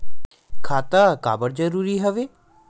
खाता का बर जरूरी हवे?